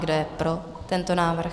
Kdo je pro tento návrh?